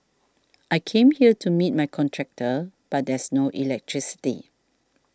I came here to meet my contractor but there's no electricity